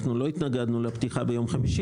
אנחנו לא התנגדנו לפתיחה ביום חמישי.